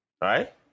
Right